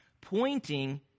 pointing